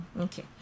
Okay